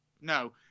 No